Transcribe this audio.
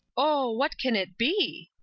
oh, what can it be?